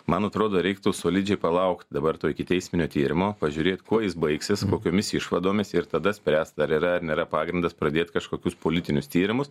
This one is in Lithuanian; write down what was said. man atrodo reiktų solidžiai palaukt dabar to ikiteisminio tyrimo pažiūrėt kuo jis baigsis kokiomis išvadomis ir tada spręst ar yra ar nėra pagrindas pradėt kažkokius politinius tyrimus